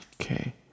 Okay